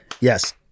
Yes